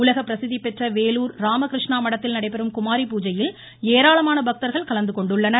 உலக பிரசித்திபெற்ற வேலூர் ராமகிருஷ்ணா மடத்தில் நடைபெறும் குமாரி பூஜையில் ஏராளமான பக்தர்கள் கலந்துகொண்டுள்ளனர்